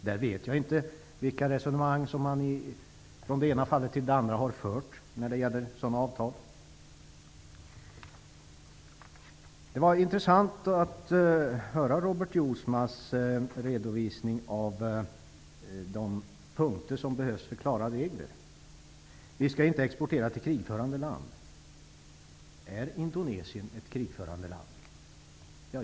Jag vet inte vilka resonemang som förts i de olika fallen när det gäller sådana avtal. Det var intressant att höra Robert Jousmas redovisning av vilka punkter som behövs för klara regler. Vi skall inte exportera till krigförande land. Är Indonesien ett krigförande land?